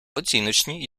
оціночні